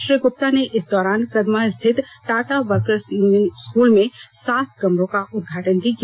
श्री गप्ता ने इस दौरान कदमा स्थित टाटा वर्कर्स यूनियन स्कूल में सात कमरों का उदघाटन भी किया